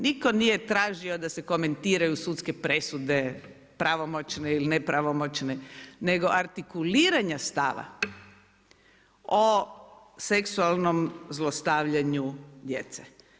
Nitko nije tražio da se komentirao sudske presude, pravomoćne ili ne pravomoćne, nego artikuliranje stava o seksualnom zlostavljanju djece.